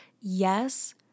yes